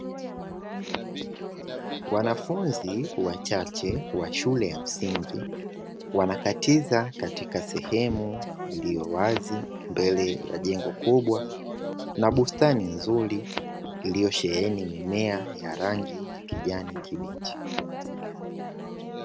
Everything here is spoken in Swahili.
Wanafunzi wachache wa shule ya msingi wanakatiza katika sehemu iliyo wazi mbele ya jengo kubwa, na bustani nzuri iliyosheheni mimea ya rangi ya kijani kibichi.